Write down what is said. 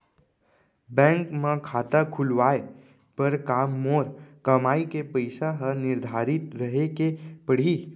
Bank म खाता खुलवाये बर का मोर कमाई के पइसा ह निर्धारित रहे के पड़ही?